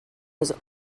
was